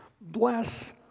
Bless